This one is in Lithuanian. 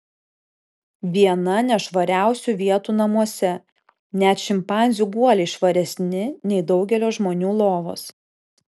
viena nešvariausių vietų namuose net šimpanzių guoliai švaresni nei daugelio žmonių lovos